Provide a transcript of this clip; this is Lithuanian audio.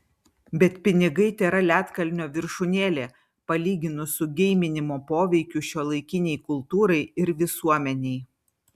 bet pinigai tėra ledkalnio viršūnėlė palyginus su geiminimo poveikiu šiuolaikinei kultūrai ir visuomenei